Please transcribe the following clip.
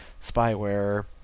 spyware